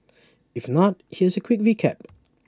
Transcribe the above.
if not here's A quick recap